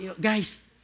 Guys